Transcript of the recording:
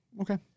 Okay